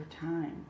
time